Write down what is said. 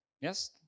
Yes